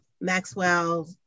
Maxwell